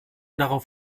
darauf